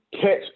catch